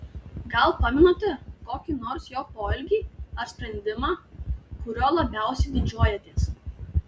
gal pamenate kokį nors jo poelgį ar sprendimą kuriuo labiausiai didžiuojatės